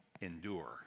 endure